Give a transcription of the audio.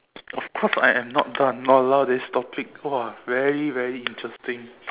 of course I am not done !walao! this topic !wah! very very interesting